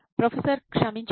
professor క్షమించండి